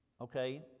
Okay